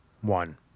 one